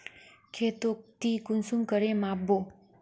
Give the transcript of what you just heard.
खेतोक ती कुंसम करे माप बो?